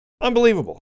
Unbelievable